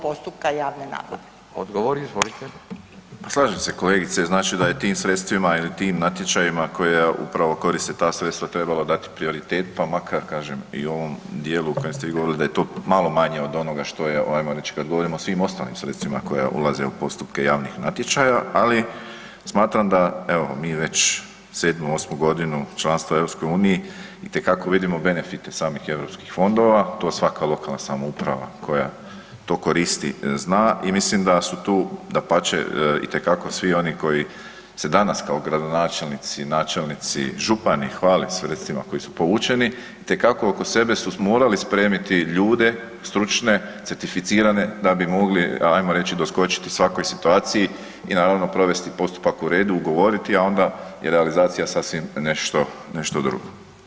Pa slažem se kolegice, znači da je tim sredstvima ili tim natječajima koja upravo koriste ta sredstva trebalo dati prioritet, pa makar, kažem i u ovom dijelu o kojem ste vi govorili, da je to malo manje od onoga što je, ajmo reći, kad govorimo o svim ostalim sredstvima koja ulaze u postupke javnih natječaja, ali smatram da evo, mi već 7., 8. godinu članstva u EU itekako vidimo benefite samih EU fondova, to svaka lokalna samouprava koja to koristi zna i mislim da su tu, dapače, itekako svi oni koji se danas kao gradonačelnici, načelnici, župani hvale sredstvima koji su povučeni, itekako oko sebe su morali spremiti ljude stručne, certificirane, da bi mogli, ajmo reći, doskočiti svakoj situaciji i naravno, provesti postupak u redu, ugovoriti, a onda je realizacija sasvim nešto drugo.